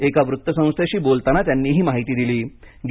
एका वृत्तसंस्थेशी बोलताना त्यांनी ही माहिती दिली आहे